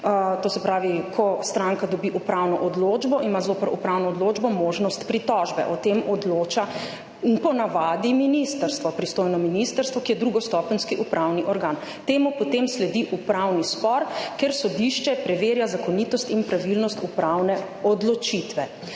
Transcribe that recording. to se pravi, ko stranka dobi upravno odločbo, ima zoper upravno odločbo možnost pritožbe, o tem odloča po navadi pristojno ministrstvo, ki je drugostopenjski upravni organ, temu potem sledi upravni spor, ker sodišče preverja zakonitost in pravilnost upravne odločitve.